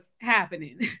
happening